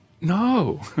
no